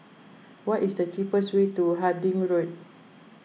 what is the cheapest way to Harding Road